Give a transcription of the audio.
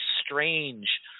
strange